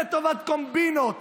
לטובת קומבינות,